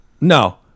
No